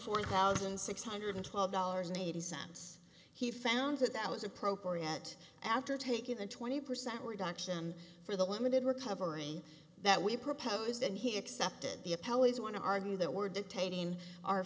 four thousand six hundred twelve dollars and eighty cents he found that that was appropriate after taking a twenty percent reduction for the limited recovery that we proposed and he accepted the appellate want to argue that were dictating our